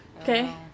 Okay